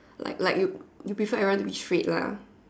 like like you prefer everyone to be straight lah